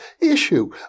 issue